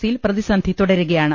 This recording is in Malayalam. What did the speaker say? സിയിൽ പ്രതിസന്ധി തുടരുകയാണ്